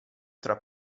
tra